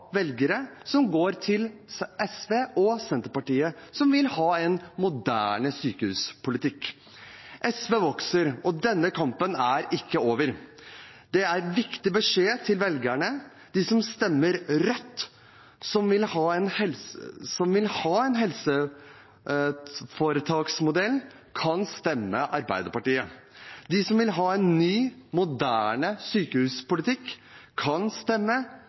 velgere som går til SV og Senterpartiet, som vil ha en moderne sykehuspolitikk. SV vokser, og denne kampen er ikke over. Det er en viktig beskjed til velgerne. De som stemmer rødt som vil ha en helseforetaksmodell, kan stemme Arbeiderpartiet. De som vil ha en ny, moderne sykehuspolitikk, kan stemme